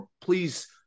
please